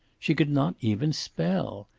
she could not even spell!